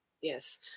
Yes